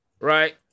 Right